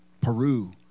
Peru